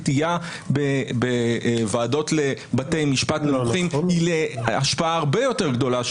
אני רוצה להתייחס באופן ענייני להצעת הריכוך לכאורה,